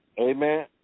Amen